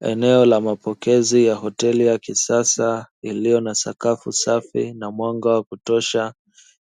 Eneo la mapokezi ya hoteli ya kisasa iliyo na sakafu safi na mwanga wa kutosha,